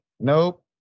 Nope